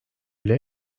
bile